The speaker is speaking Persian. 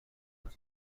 اند